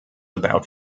about